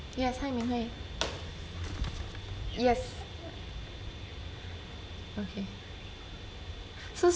ya chai ming hui yes okay so